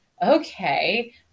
Okay